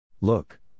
Look